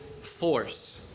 force